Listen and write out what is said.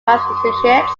massachusetts